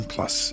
Plus